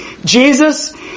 Jesus